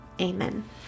amen